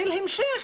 של המשך,